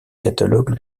catalogue